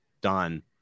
done